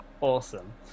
awesome